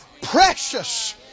precious